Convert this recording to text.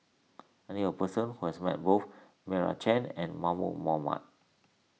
I knew a person who has met both Meira Chand and Mahmud Ahmad